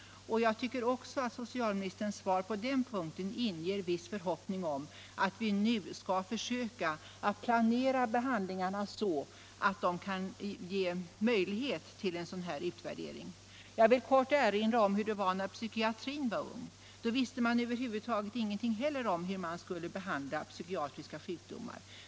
Jag tycker att socialministerns svar också på den punkten inger viss förhoppning om att vi nu skall försöka planera behandlingarna så att de möjliggör en sådan utvärdering. Jag vill kort erinra om hur det var när psykiatrin var ung. Då visste man ingenting om hur man skulle behandla psykiatriska sjukdomar.